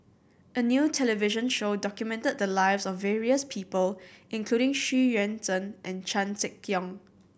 a new television show documented the lives of various people including Xu Yuan Zhen and Chan Sek Keong